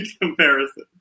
comparison